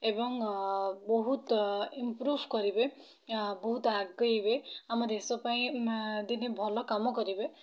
ଏବଂ ବହୁତ ଇମ୍ପ୍ରୂଭ୍ କରିବେ ବହୁତ ଆଗେଇବେ ଆମ ଦେଶପାଇଁ ଦିନେ ଭଲକାମ କରିବେ